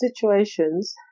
situations